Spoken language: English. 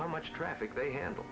how much traffic they handle